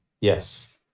Yes